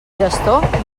gestor